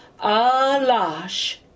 Alash